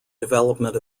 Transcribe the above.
development